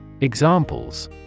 Examples